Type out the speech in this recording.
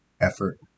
effort